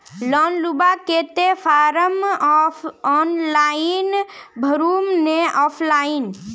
Loan लुबार केते form online भरुम ने ऑफलाइन?